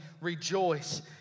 rejoice